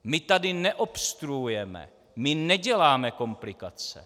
My tady neobstruujeme, my neděláme komplikace.